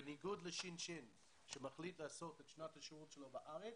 בניגוד לשין-שין שמחליט לעשות את שנת השירות שלו בארץ,